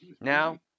now